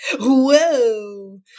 Whoa